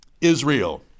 Israel